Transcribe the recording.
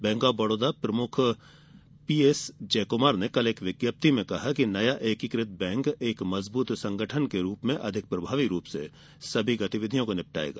bank of Baroda प्रमुख PS Jaikumar ने कल एक विज्ञप्ति में कहा कि नया एकीकृत बैंक एक मजबूत संगठन के रूप में अधिक प्रभावी रूप से सभी गतिविधियों को निपटायेगा